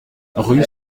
rue